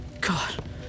God